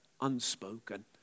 unspoken